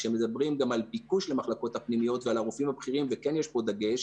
כשמדברים על ביקוש למחלקות הפנימיות ועל הרופאים הבכירים וכן יש פה דגש,